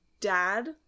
dad